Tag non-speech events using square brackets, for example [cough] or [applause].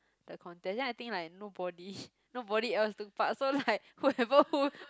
the contest then I think like nobody [laughs] nobody else took part so like whoever put